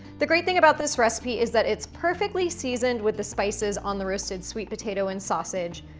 the great thing about this recipe is that it's perfectly seasoned with the spices on the roasted sweet potato and sausage.